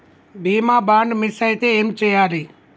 బీమా bond miss అయితే ఏం చేయాలి?